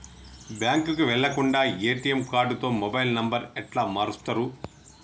బ్యాంకుకి వెళ్లకుండా ఎ.టి.ఎమ్ కార్డుతో మొబైల్ నంబర్ ఎట్ల మారుస్తరు?